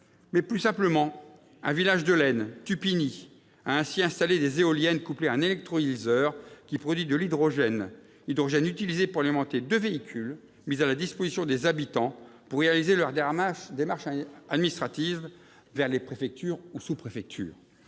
Hype. Plus simplement, un village de l'Aisne, Tupigny, a installé des éoliennes couplées à un électrolyseur qui produit de l'hydrogène, lequel est utilisé pour alimenter deux véhicules mis à la disposition des habitants pour réaliser leurs démarches administratives à la préfecture ou à la sous-préfecture.